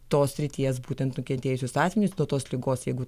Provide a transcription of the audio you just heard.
tos srities būtent nukentėjusius asmenis nuo tos ligos jeigu